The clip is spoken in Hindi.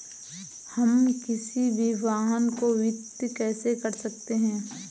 हम किसी भी वाहन को वित्त कैसे कर सकते हैं?